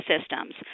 systems